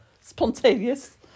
Spontaneous